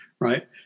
right